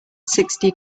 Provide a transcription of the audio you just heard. sixty